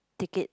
ticket